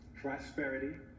prosperity